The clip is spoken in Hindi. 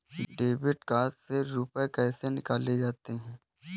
डेबिट कार्ड से रुपये कैसे निकाले जाते हैं?